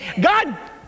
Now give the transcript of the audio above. God